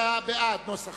של קבוצת